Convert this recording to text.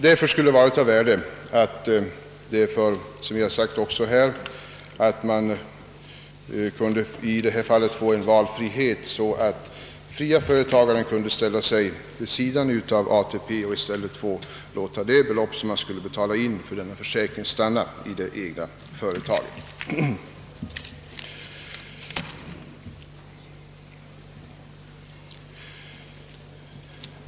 Därför skulle det vara av värde om fria företagare hade valfrihet och kunde ställa sig vid sidan av ATP för att låta de belopp, som annars skulle betalas till ATP, stanna i det egna företaget.